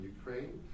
Ukraine